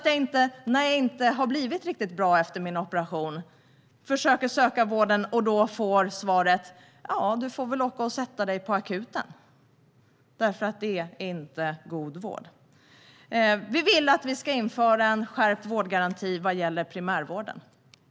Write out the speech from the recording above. Den som inte har blivit riktigt bra efter sin operation ska inte, när den försöker att söka vård, få svaret att den får åka och sätta sig på akuten. Det är inte god vård. Vi vill införa en skärpt vårdgaranti vad gäller primärvården.